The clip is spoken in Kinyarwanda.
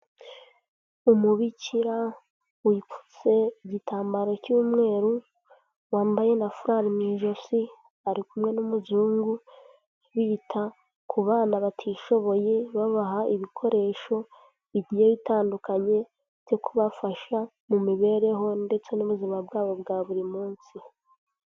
Umubikira wipfutse igitambaro cy'umweru wambaye na furari mu ijosi ari kumwe n'umuzungu, bita ku bana batishoboye babaha ibikoresho bigiye bitandukanye byo kubafasha mu mibereho ndetse n'ubuzima bwabo bwa buri munsi.